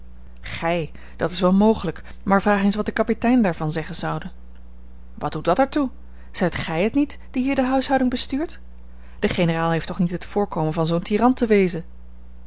dat is wel mogelijk maar vraag eens wat de kapitein daarvan zeggen zoude wat doet dat er toe zijt gij het niet die hier de huishouding bestuurt de generaal heeft toch niet het voorkomen van zoo'n tyran te wezen